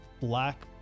black